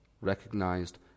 recognized